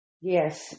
Yes